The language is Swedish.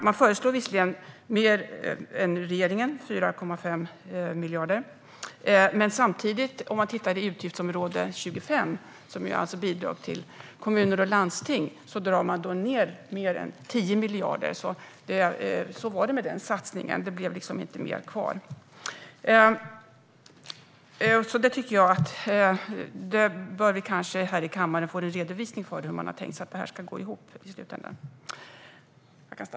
Man föreslår visserligen mer än regeringen, 4,5 miljarder, men man drar samtidigt ned med 10 miljarder i utgiftsområde 25, som alltså är bidrag till kommuner och landsting. Så var det med den satsningen. Det blev liksom inte mer kvar. Vi bör kanske få en redovisning här i kammaren av hur man har tänkt sig att det här ska gå ihop i slutändan.